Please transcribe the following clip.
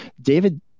David